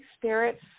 spirits